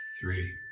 three